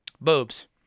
Boobs